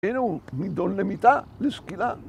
‫הנה הוא נדון למיתה, ‫לסקילה.